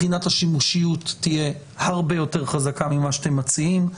בחינת השימושיות תהיה הרבה יותר חזקה ממה שאתם מציעים,